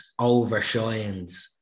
Overshines